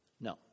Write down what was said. No